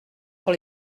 pour